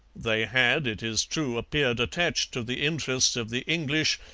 they had, it is true, appeared attached to the interests of the english,